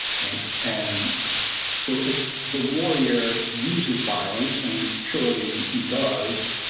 and so if the warrior uses violence, and surely he does,